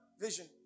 Vision